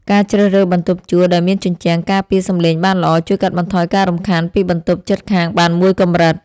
ការជ្រើសរើសបន្ទប់ជួលដែលមានជញ្ជាំងការពារសំឡេងបានល្អជួយកាត់បន្ថយការរំខានពីបន្ទប់ជិតខាងបានមួយកម្រិត។